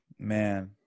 Man